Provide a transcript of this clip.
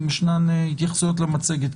האם ישנן התייחסויות למצגת?